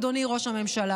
אדוני ראש הממשלה,